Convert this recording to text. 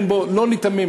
לכן, בוא לא ניתמם.